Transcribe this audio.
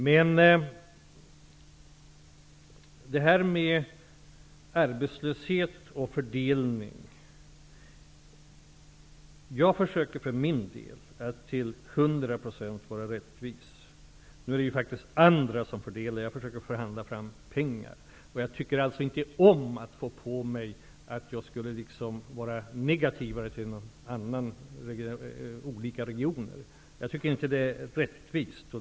När det gäller arbetslösheten och fördelningen försöker jag för min del att vara till hundra procent rättvis. Men det är faktiskt andra som fördelar. Jag försöker förhandla fram pengar. Jag tycker inte om att bli beskylld för att vara mer negativ till en region än till andra. Jag tycker inte att det är rättvist.